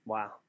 Wow